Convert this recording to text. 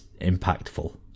impactful